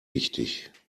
wichtig